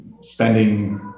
spending